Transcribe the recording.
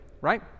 Right